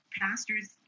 pastors